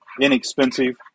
inexpensive